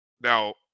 Now